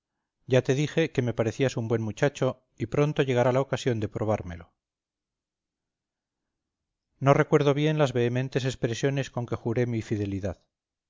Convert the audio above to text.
ya te dije que me parecías un buen muchacho y pronto llegará la ocasión de probármelo no recuerdo bien las vehementes expresiones con que juré mi fidelidad